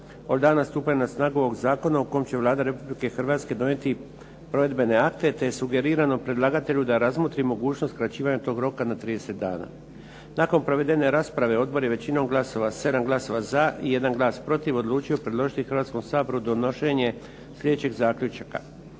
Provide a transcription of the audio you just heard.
od dana stupanja na snagu ovog zakona u kojem će Vlada Republike Hrvatske donijeti provedbene akte, te je sugerirano predlagatelju da razmotri mogućnost skraćivanja tog roka na 30 dana. Nakon provedene rasprave, odbor je većinom glasova 7 glasova za i jedan glas protiv odlučio predložiti Hrvatskom saboru donošenje slijedećeg zaključka: